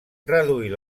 reduir